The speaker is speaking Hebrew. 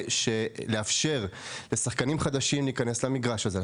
ולאפשר לשחקנים חדשים להיכנס למגרש הזה,